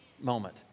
moment